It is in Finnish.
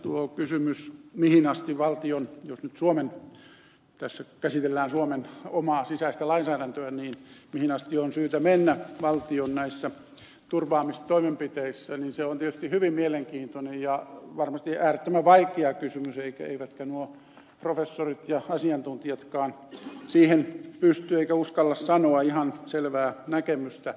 tuo kysymys mihin asti jos nyt tässä käsitellään suomen omaa sisäistä lainsäädäntöä on syytä mennä valtion näissä turvaamistoimenpiteissä on tietysti hyvin mielenkiintoinen ja varmasti äärettömän vaikea kysymys eivätkä nuo professorit ja asiantuntijatkaan siihen pysty sanomaan eivätkä uskalla sanoa ihan selvää näkemystä